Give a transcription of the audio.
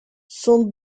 son